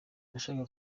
nashakaga